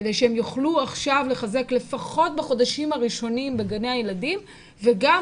כדי שהם יוכלו עכשיו לחזק לפחות בחודשים הראשונים בגני הילדים וגם